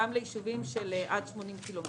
גם ליישובים שנמצאים במרחק עד 80 קילומטר.